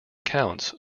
accounts